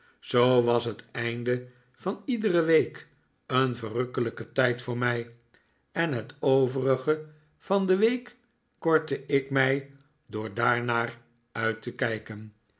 zoo was het einde van iedere week een verrukkelijke tijd voor miji en het overige van de week kortte ik mij door daarnaar uit te kijken